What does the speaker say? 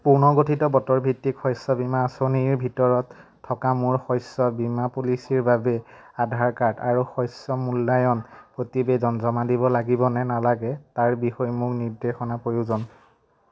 পূৰ্ণগঠিত বতৰ ভিত্তিক শস্য বীমা আঁচনিৰ ভিতৰত থকা মোৰ শস্য বীমা পলিচীৰ বাবে আধাৰ কাৰ্ড আৰু শস্য মূল্যায়ন প্ৰতিবেদন জমা দিব লাগিবনে নালাগে তাৰ বিষয়ে মোক নিৰ্দেশনাৰ প্ৰয়োজন